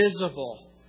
visible